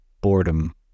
boredom